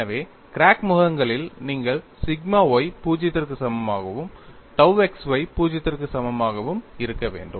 எனவே கிராக் முகங்களில் நீங்கள் சிக்மா y 0 க்கு சமமாகவும் tau xy 0 க்கு சமமாகவும் இருக்க வேண்டும்